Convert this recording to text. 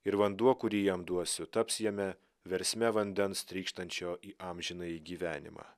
ir vanduo kurį jam duosiu taps jame versme vandens trykštančio į amžinąjį gyvenimą